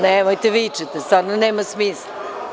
Nemojte vičete, stvarno nema smisla.